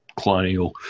colonial